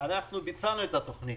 אנחנו ביצענו את התכנית.